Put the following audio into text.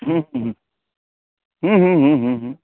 हूँ हूँ हूँ हूँ हूँ हूँ हूँ